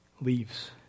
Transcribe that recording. leaves